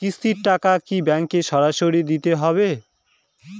কিস্তির টাকা কি ব্যাঙ্কে সরাসরি দিতে হবে?